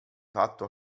fatto